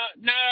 no